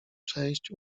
cześć